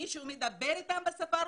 מישהו מדבר אתם בשפה הרוסית?